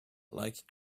like